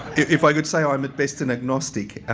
if i could say i'm at best an agnostic